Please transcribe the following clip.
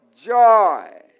Joy